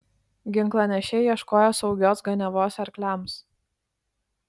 ginklanešiai ieškojo saugios ganiavos arkliams